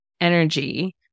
energy